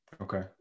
Okay